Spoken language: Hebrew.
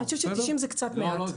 אני חושבת ש-90 ימים זאת תקופה קצרה.